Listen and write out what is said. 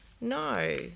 No